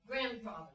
grandfather